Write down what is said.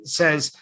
says